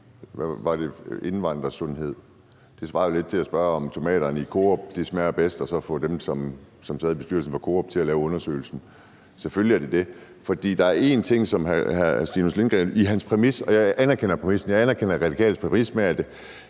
jeg det var, svarer lidt til at spørge, om tomaterne i Coop smager bedst, og så få dem, som sidder i bestyrelsen for Coop, til at lave undersøgelsen. Selvfølgelig gør det det. Hr. Stinus Lindgreen nævner en ting i sin præmis, som jeg anerkender; jeg anerkender Radikales præmis med, at